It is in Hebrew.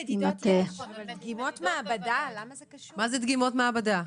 מה זה דגימות מעבדה?